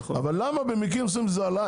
אבל למה במקרם מסוימים זה עלה.